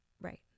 Right